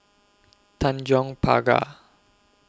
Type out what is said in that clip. Tanjong Pagar